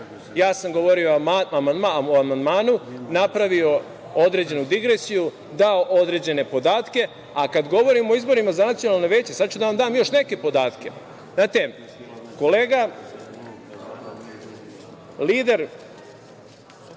Ja sam govorio o amandmanu, napravio određenu digresiju, dao određene podatke, a kada govorimo o izborima za nacionalna veća, sada ću da vam još neke podatke. Znate, lider